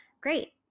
great